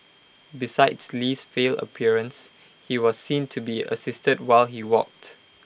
besides Li's frail appearance he was seen to be assisted while he walked